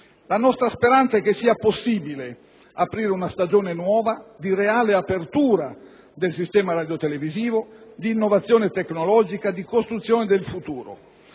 La nostra speranza è che sia possibile aprire una stagione nuova, di reale apertura del sistema radiotelevisivo, di innovazione tecnologica e di costruzione del futuro.